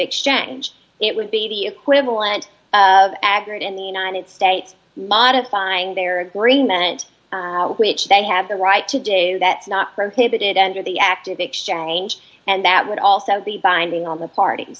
exchange it would be the equivalent of accurate in the united states modifying their agreement which they have the right to do that not prohibited under the act of exchange and that would also be binding on the parties